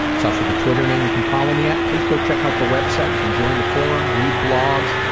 that's also the twitter name you can follow me at. please go check out the website, you can join the forum, read blogs,